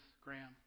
Graham